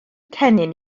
cennin